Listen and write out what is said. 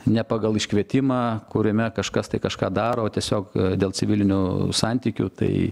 ne pagal iškvietimą kuriame kažkas tai kažką daro o tiesiog dėl civilinių santykių tai